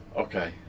Okay